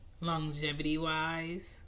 longevity-wise